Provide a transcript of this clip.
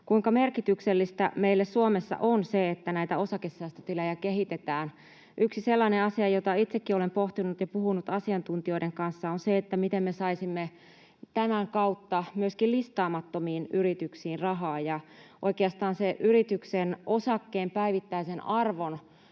kuinka merkityksellistä meille Suomessa on, että näitä osakesäästötilejä kehitetään. Yksi sellainen asia, jota itsekin olen pohtinut ja josta olen puhunut asiantuntijoiden kanssa, on se, miten me saisimme tämän kautta myöskin listaamattomiin yrityksiin rahaa. Oikeastaan yrityksen osakkeen päivittäisen arvon